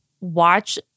watch